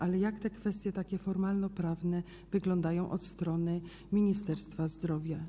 Ale jak te kwestie formalnoprawne wyglądają od strony Ministerstwa Zdrowia?